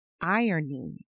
irony